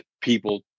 people